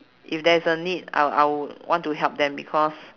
if there is a need I I would want to help them because